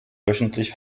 wöchentlich